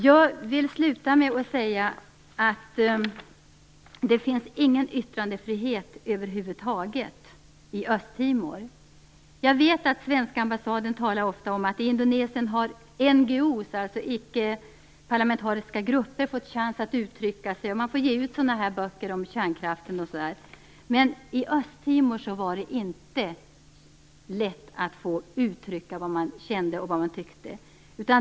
Det finns inte någon yttrande frihet över huvud taget i Östtimor. Jag vet att man på svenska ambassaden ofta talar om att NGO-grupper, icke-parlamentariska grupper, fått en chans att uttrycka sig. Man får ge ut böcker om kärnkraften osv. I Östtimor däremot var det inte lätt att få uttrycka vad man kände och tyckte.